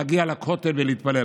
להגיע לכותל ולהתפלל,